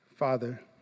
Father